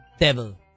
devil